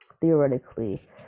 theoretically